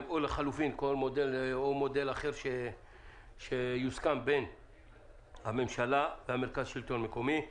או לחילופין כל מודל אחר שיוסכם בין הממשלה לבין מרכז השלטון המקומי.